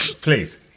Please